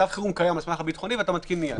מצב החירום קיים על סמך המצב הביטחוני ואתה מתקין מיד.